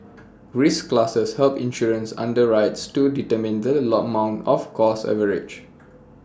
risk classes help insurance underwriters to determine the lot amount of cost coverage